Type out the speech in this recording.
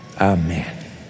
Amen